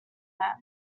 that